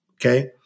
Okay